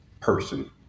person